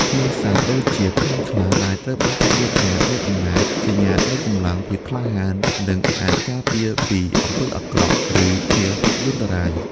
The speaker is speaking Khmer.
ធ្មេញសត្វ ដូចជា ធ្មេញខ្លា ដែលត្រូវបានគេជឿថាមានអំណាច សញ្ញានៃកម្លាំង ភាពក្លាហាន និងអាចការពារពីអំពើអាក្រក់ ឬភយន្តរាយ។